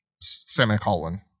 Semicolon